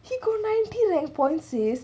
he got ninety like points